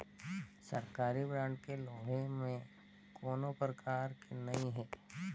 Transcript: सरकारी बांड के लेहे में कोनो परकार के नइ हे